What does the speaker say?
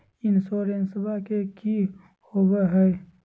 इंसोरेंसबा की होंबई हय?